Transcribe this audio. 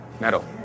Metal